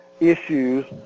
Issues